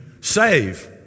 save